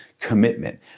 commitment